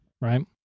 Right